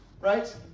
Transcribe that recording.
right